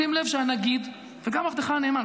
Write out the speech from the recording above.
שים לב שהנגיד וגם עבדך הנאמן,